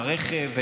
לרכב,